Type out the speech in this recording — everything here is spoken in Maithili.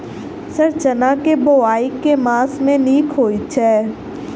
सर चना केँ बोवाई केँ मास मे नीक होइ छैय?